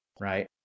right